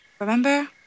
Remember